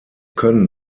können